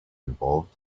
involved